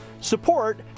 support